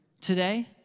today